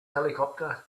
helicopter